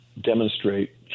demonstrate